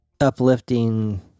uplifting